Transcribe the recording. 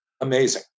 Amazing